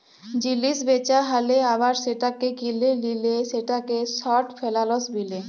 জিলিস বেচা হ্যালে আবার সেটাকে কিলে লিলে সেটাকে শর্ট ফেলালস বিলে